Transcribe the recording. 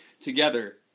together